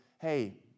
hey